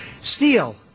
Steel